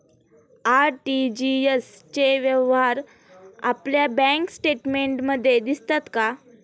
RTGS चे व्यवहार आपल्या बँक स्टेटमेंटमध्ये दिसतात का?